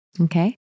Okay